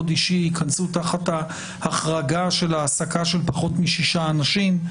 אישי ייכנסו תחת ההחרגה של העסקה של פחות משישה אנשים,